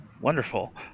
wonderful